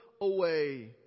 away